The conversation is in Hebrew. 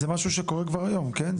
זה משהו שקורה כבר היום, כן?